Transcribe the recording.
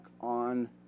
on